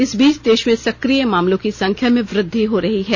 इस बीच देश में सक्रिय मामलों की संख्या में वृद्धि हो रही है